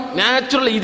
natural